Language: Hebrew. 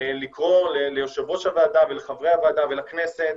לקרוא ליו"ר הוועדה ולחברי הוועדה ולכנסת